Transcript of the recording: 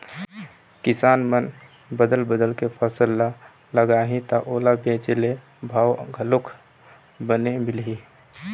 किसान मन बदल बदल के फसल ल लगाही त ओला बेचे ले भाव घलोक बने मिलही